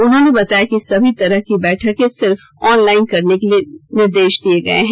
उन्होंने बताया कि सभी तरह की बैठकें सिर्फ ऑनलाइन करने के निर्देश दिए गए हैं